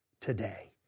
today